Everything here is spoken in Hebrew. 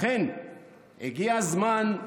לכן הגיע הזמן,